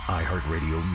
iHeartRadio